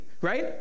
right